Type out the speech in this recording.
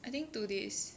I think two days